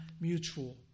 mutual